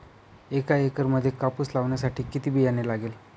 एका एकरामध्ये कापूस लावण्यासाठी किती बियाणे लागेल?